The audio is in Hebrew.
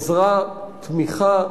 עזרה, תמיכה,